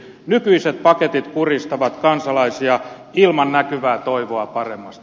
nykyiset paketit kuristavat kansalaisia ilman näkyvää toivoa paremmasta